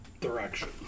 direction